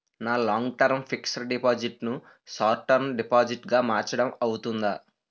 నా long term fixed deposit ను short term deposit గా మార్చటం అవ్తుందా?